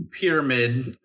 pyramid